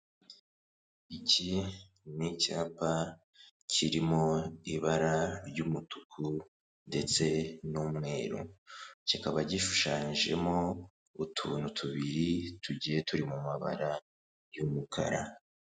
Iki ni icyapa kirimo ibara ry'umutuku ndetse n'umweru, kikaba gishushanyijemo utuntu tubiri tugiye turi mu mabara y'umukara.